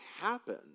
happen